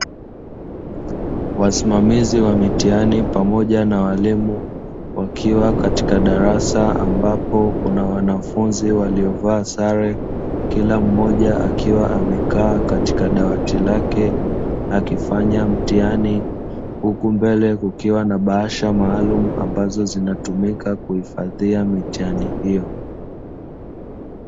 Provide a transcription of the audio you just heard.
Wasimamizi wa mitihani pamoja na walimu wakiwa katika darasa ambapo kuna wanafunzi waliovaa sare, kila mmoja akiwa amekaa katika dawati lake akifanya mtihani. Huku mbele kukiwa na bahasha maalumu ambazo zinatumika kuhifadhia mitihani hiyo.